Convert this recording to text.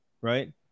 right